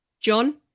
John